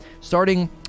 Starting